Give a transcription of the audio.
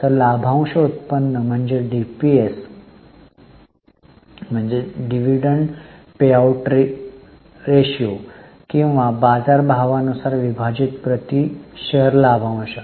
तर लाभांश उत्पन्न म्हणजे डीपीएस किंवा बाजारभावानुसार विभाजित प्रति शेअर लाभांश